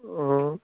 অঁ